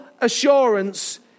assurance